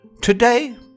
Today